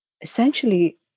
essentially